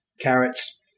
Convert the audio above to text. carrots